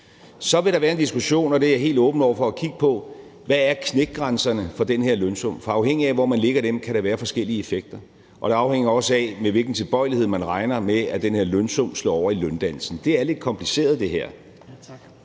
Så vil der være en diskussion, og den er jeg helt åben over for at kigge på: Hvad er knækgrænserne for den her lønsum? For afhængigt af hvor man lægger dem, kan der være forskellige effekter. Og det afhænger også af, med hvilken tilbøjelighed man regner med at den her lønsum slår over i løndannelsen. Det her er lidt kompliceret. Kl.